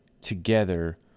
together